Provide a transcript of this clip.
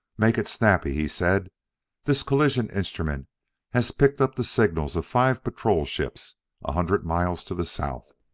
make it snappy, he said this collision instrument has picked up the signals of five patrol-ships a hundred miles to the south.